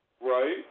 Right